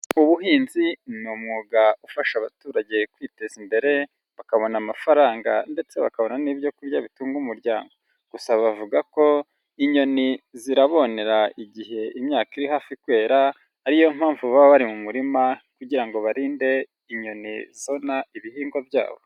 Ubuhinzi ni umwuga ufasha abaturage kwiteza imbere bakabona amafaranga ndetse bakabona n'ibyo kurya bitunga umuryango, gusa bavuga ko inyoni zirabonera igihe imyaka iri hafi kwera, ariyo mpamvu baba bari mu murima kugira ngo barinde inyoni zona ibihingwa byabo.